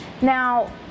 Now